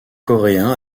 coréens